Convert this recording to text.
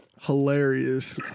Hilarious